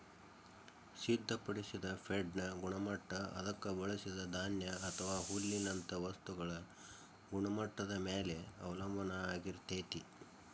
ಸಿದ್ಧಪಡಿಸಿದ ಫೇಡ್ನ ಗುಣಮಟ್ಟ ಅದಕ್ಕ ಬಳಸಿದ ಧಾನ್ಯ ಅಥವಾ ಹುಲ್ಲಿನಂತ ವಸ್ತುಗಳ ಗುಣಮಟ್ಟದ ಮ್ಯಾಲೆ ಅವಲಂಬನ ಆಗಿರ್ತೇತಿ